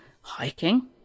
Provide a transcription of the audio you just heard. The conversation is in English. hiking